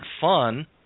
fun